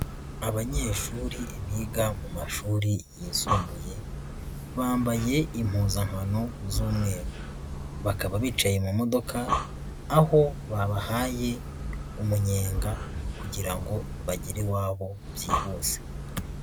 Abanyeshuri biga mu mashuri yisumbuye bambaye impuzankano z'umweru, bakaba bicaye mu modoka , babahaye umunyenga kugira ngo bagere iwabo byihuse.